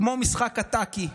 כמו משחק טאקי.